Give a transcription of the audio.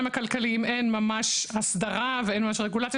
הכלכליים אין ממש הסדרה ואין ממש רגולציה.